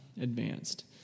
advanced